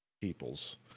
people's